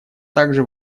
также